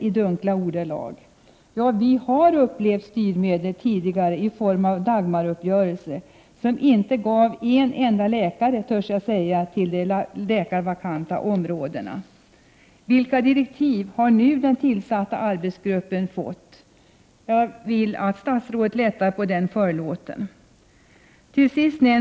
Ja, vi har upplevt styrmedel tidigare i form av Dagmaruppgörelsen — som inte gav en enda läkare, törs jag säga, till de områden där det finns läkarvakanser. Vilka direktiv har nu den tillsatta arbetsgruppen fått? Jag vill att statsrådet lättar på förlåten i det avseendet.